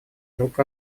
друг